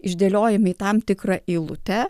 išdėliojami į tam tikra eilute